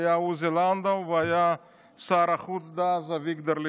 עוזי לנדאו ושר החוץ דאז אביגדור ליברמן.